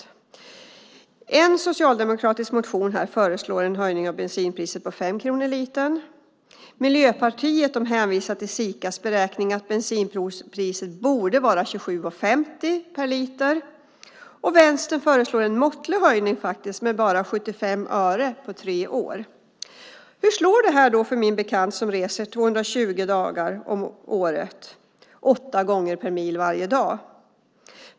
I en socialdemokratisk motion föreslås en höjning av bensinpriset med 5 kronor per liter. Miljöpartiet hänvisar till Sikas beräkning, att bensinpriset borde vara 27:50 per liter. Vänstern föreslår en måttlig höjning med endast 75 öre på tre år. Hur slår detta för min bekant som reser 220 dagar om året, åtta mil varje dag?